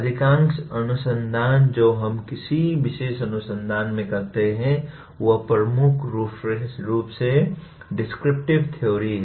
अधिकांश अनुसंधान जो हम किसी विशेष अनुशासन में करते हैं वह प्रमुख रूप से डिस्क्रिप्टिव थ्योरी है